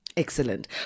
Excellent